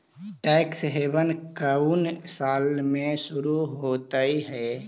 Tax haven कउन साल में शुरू होलई हे?